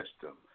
system